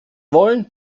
wollen